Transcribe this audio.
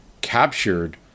captured